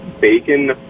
bacon